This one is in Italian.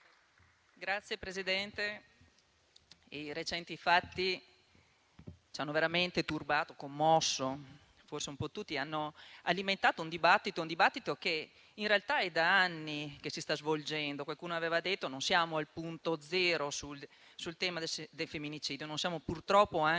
Signor Presidente, i recenti fatti hanno veramente turbato e commosso forse un po' tutti ed hanno alimentato un dibattito che, in realtà, è da anni che si sta svolgendo. Qualcuno ha detto che non siamo al punto zero sul tema del femminicidio. Non siamo, purtroppo, al